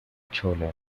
chole